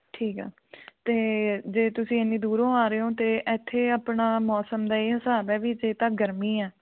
ਠੀਕ ਆ ਅਤੇ ਜੇ ਤੁਸੀਂ ਇੰਨੀ ਦੂਰੋਂ ਆ ਰਹੇ ਹੋ ਤਾਂ ਇੱਥੇ ਆਪਣਾ ਮੌਸਮ ਦਾ ਇਹ ਹਿਸਾਬ ਹੈ ਵੀ ਜੇ ਤਾਂ ਗਰਮੀ ਆ